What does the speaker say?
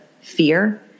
fear